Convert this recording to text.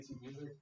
music